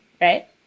right